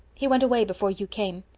he went away before you came.